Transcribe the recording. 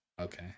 Okay